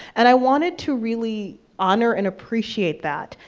and i wanted to really honor and appreciate that,